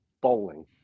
bowling